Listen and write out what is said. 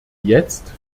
jetzt